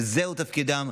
שזה תפקידם,